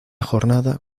jornada